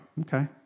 okay